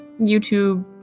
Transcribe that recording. youtube